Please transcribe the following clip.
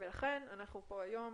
לכן אנחנו נמצאים היום